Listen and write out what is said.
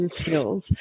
skills